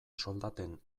soldaten